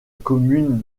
commune